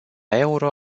euro